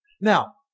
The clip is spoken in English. Now